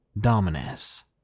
Dominus